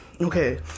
okay